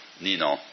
Nino